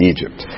Egypt